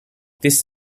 this